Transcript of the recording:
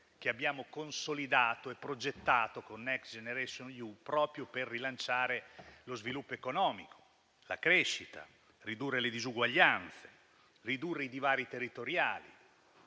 che abbiamo consolidato e progettato con Next generation EU proprio per rilanciare lo sviluppo economico e la crescita, per ridurre le disuguaglianze e i divari territoriali,